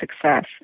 success